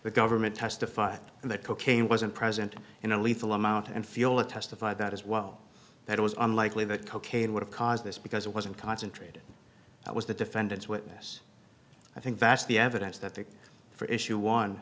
the government testified in that cocaine wasn't present in a lethal amount and feel that testified that as well that it was unlikely that cocaine would have caused this because it wasn't concentrated that was the defendant's witness i think that's the evidence that they for issue on